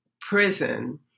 prison